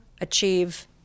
achieve